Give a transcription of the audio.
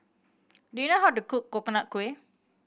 do you know how to cook Coconut Kuih